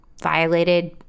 Violated